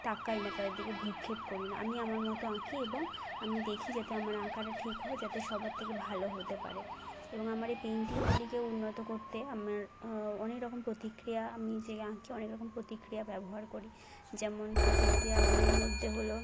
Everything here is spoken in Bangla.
তাকাই না তাদের দিকে ভ্রূক্ষেপ করি না আমি আমার মতো আঁকি এবং আমি দেখি যাতে আমরা আঁকাটা ঠিক হয় যাতে সবার থেকে ভালো হতে পারে এবং আমারে পেইন্টিংগুলিকে উন্নত করতে আমার অনেক রকম প্রতিক্রিয়া আমি যে আঁকি অনেক রকম প্রতিক্রিয়া ব্যবহার করি যেমন প্রতিক্রিয়াগুলোর মধ্যে হলো